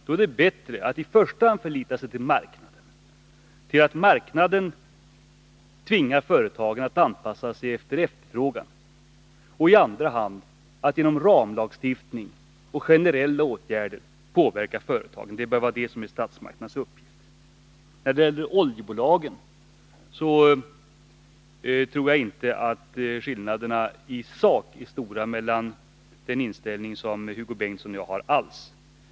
Då är det bättre att i första hand förlita sig på marknaden — marknaden tvingar företagen att anpassa sig efter efterfrågan — och i andra hand genom ramlagstiftning och generella åtgärder påverka företagen. Det bör vara statsmakternas uppgift. När det gäller oljebolagen tror jag inte alls att skillnaderna i sak är stora mellan den inställning Hugo Bengtsson har och den jag har.